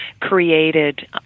created